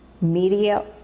media